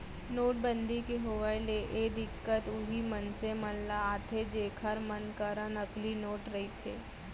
नोटबंदी के होय ले ए दिक्कत उहीं मनसे मन ल आथे जेखर मन करा नकली नोट रहिथे